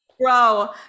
Bro